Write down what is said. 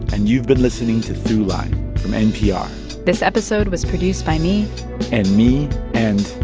and you've been listening to throughline from npr this episode was produced by me and me and.